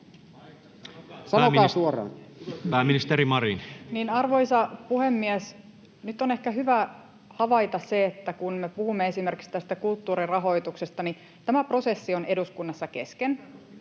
Content: Arvoisa puhemies! Nyt on ehkä hyvä havaita se, että kun me puhumme esimerkiksi tästä kulttuurin rahoituksesta, niin tämä prosessi on eduskunnassa kesken.